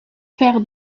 frère